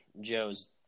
Joe's